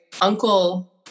uncle